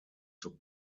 took